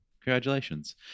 congratulations